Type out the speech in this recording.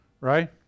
Right